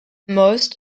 most